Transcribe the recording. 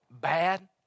bad